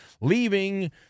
leaving